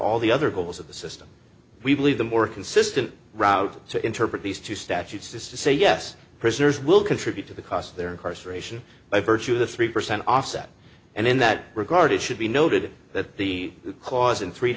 all the other goals of the system we believe the more consistent route to interpret these two statutes is to say yes prisoners will contribute to the cost of their incarceration by virtue of the three percent offset and in that regard it should be noted that the clause in three